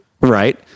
Right